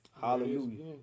Hallelujah